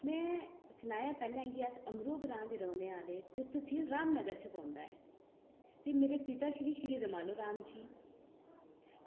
ते में पैह्लें सनाया की अस अमरूह ग्रांऽ दे रौह्ने आह्ले ते तसील रामनगर च पौंदा ऐ ते मेरे पिता श्री श्री रोमालो राम जी